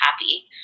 happy